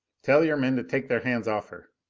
tell your men to take their hands off her.